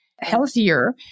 healthier